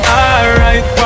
alright